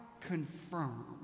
confirm